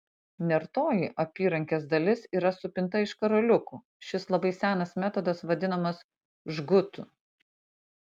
nertoji apyrankės dalis yra supinta iš karoliukų šis labai senas metodas vadinamas žgutu